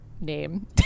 name